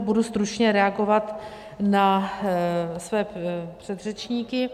Budu stručně reagovat na své předřečníky.